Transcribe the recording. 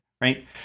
right